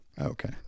Okay